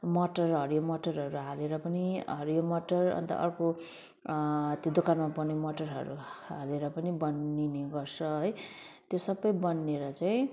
मटर हरियो मटरहरू हालेर पनि हरियो मटर अन्त अर्को त्यो दोकानमा पाउने मटरहरू ह हालेर पनि बनिने गर्छ है त्यो सबै बनेर चाहिँ